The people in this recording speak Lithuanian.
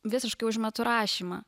visiškai užmetu rašymą